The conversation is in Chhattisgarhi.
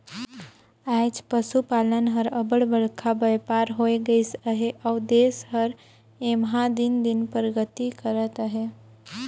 आएज पसुपालन हर अब्बड़ बड़खा बयपार होए गइस अहे अउ देस हर एम्हां दिन दिन परगति करत अहे